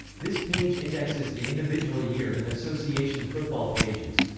this page indexes the individual year in association football pages.